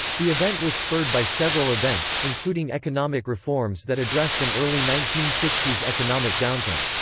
the event was spurred by several events, including economic reforms that addressed an early nineteen sixty s economic downturn.